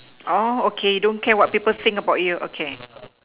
oh okay don't care what people think about you okay